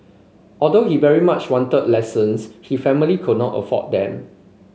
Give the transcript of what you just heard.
although he very much wanted lessons his family could not afford them